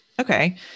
okay